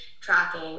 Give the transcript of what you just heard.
tracking